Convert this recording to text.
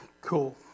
Cool